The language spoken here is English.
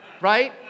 right